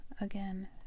again